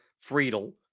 Friedel